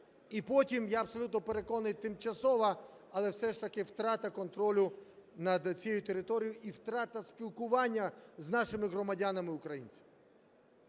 І потім, я абсолютно переконаний, тимчасова але все ж таки втрата контролю над цією територією і втрата спілкування з нашими громадянами українцями.